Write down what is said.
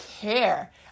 care